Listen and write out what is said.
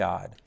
God